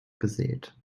gesät